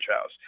house